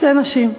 שתי נשים,